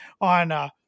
on